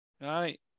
right